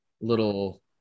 little